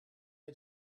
had